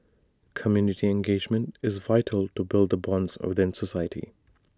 community engagement is vital to build the bonds within society